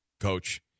coach